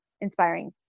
inspiring